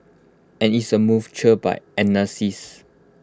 and it's A move cheered by analysts